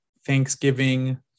Thanksgiving